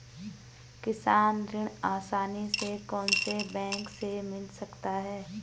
किसान ऋण आसानी से कौनसे बैंक से मिल सकता है?